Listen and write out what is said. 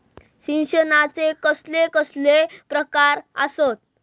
सिंचनाचे कसले कसले प्रकार आसत?